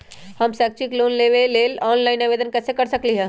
हम शैक्षिक लोन लेबे लेल ऑनलाइन आवेदन कैसे कर सकली ह?